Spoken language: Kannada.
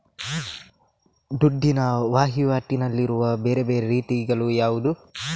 ದುಡ್ಡಿನ ವಹಿವಾಟಿನಲ್ಲಿರುವ ಬೇರೆ ಬೇರೆ ರೀತಿಗಳು ಯಾವುದು?